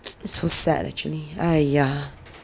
so sad actually !aiya!